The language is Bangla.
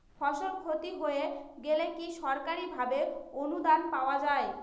ফসল ক্ষতি হয়ে গেলে কি সরকারি ভাবে অনুদান পাওয়া য়ায়?